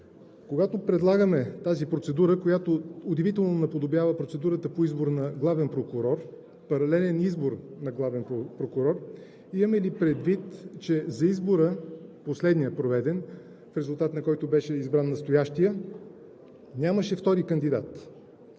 когато предлагаме тази процедура, която удивително наподобява процедурата по избор на главен прокурор, паралелен избор на главен прокурор, имаме ли предвид, че за избора, последният проведен, в резултат на който беше избран настоящият, нямаше втори кандидат?